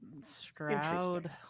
Stroud